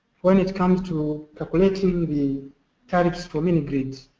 when it comes to calculating the tariffs for mini grids